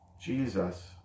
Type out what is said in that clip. Jesus